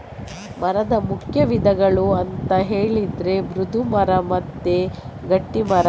ಮರದ ಮುಖ್ಯ ವಿಧಗಳು ಅಂತ ಹೇಳಿದ್ರೆ ಮೃದು ಮರ ಮತ್ತೆ ಗಟ್ಟಿ ಮರ